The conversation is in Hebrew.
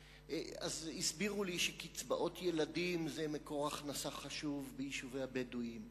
הסבירו לי שקצבאות ילדים הן מקור הכנסה חשוב ביישובי הבדואים,